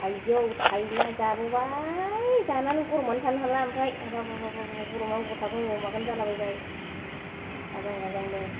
थायजौ थायला जाबोबाय जानानै गरमानो थानो हाला ओमफ्राय हाबाब हाबाब हाबाब गरमानो बबाव थागोन बबाव मागोन जालाबायबाय आजां गाजांनो